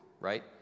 right